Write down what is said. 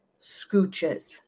scooches